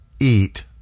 eat